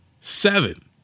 Seven